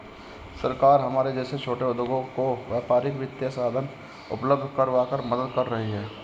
सरकार हमारे जैसे छोटे उद्योगों को व्यापारिक वित्तीय साधन उपल्ब्ध करवाकर मदद कर रही है